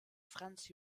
franz